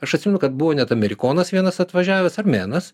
aš atsimenu kad buvo net amerikonas vienas atvažiavęs armėnas